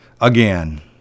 again